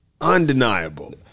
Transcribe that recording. undeniable